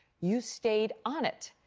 you stayed on it.